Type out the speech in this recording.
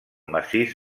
massís